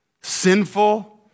sinful